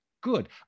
good